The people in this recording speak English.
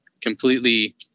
completely